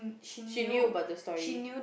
she knew about the story